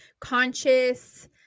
conscious